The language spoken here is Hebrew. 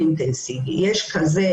האשפוזית היא במתחם בית חולים באר שבע.